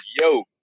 yo